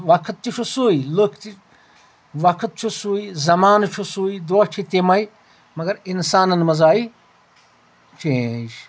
وقت تہِ چھُ سُے لُکھ تہِ وقت چھُ سُے زمانہٕ چھُ سُے دۄہ چھِ تمٕے مگر انسانن منٛز آیہِ چینج